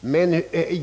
eller så.